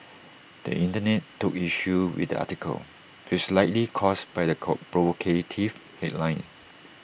the Internet took issue with the article which likely caused by the provocative headline